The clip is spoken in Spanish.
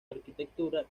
arquitectura